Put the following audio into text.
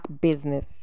business